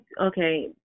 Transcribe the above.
okay